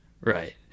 Right